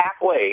halfway